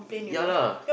ya lah